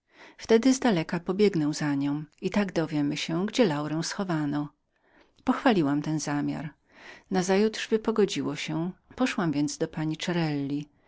wtedy zdaleka pobiegnę za nią i tak dowiemy się gdzie laurę schowano pochwaliłam ten zamiar nazajutrz wypogodziło się poszłam do pani